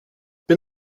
bin